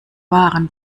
wahren